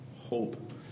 hope